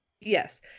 yes